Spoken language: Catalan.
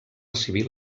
civil